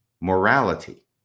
morality